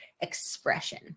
expression